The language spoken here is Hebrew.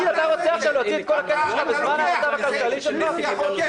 אתה רוצה להוציא עכשיו את כל הכסף שלך במצב הכלכלי של המדינה?